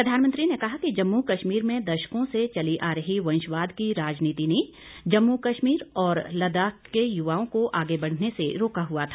प्रधानमंत्री ने कहा कि जम्मू कश्मीर में दशकों से चली आ रही वंशवाद की राजनीति ने जम्मू कश्मीर और लद्दाख के युवाओं को आगे बढ़ने से रोका हुआ था